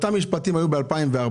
אותם משפטים היו ב-2014.